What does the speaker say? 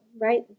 right